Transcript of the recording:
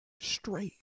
straight